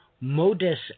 modus